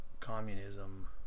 Communism